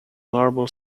marble